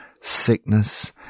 sickness